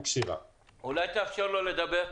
אולי תאפשר לו לדבר?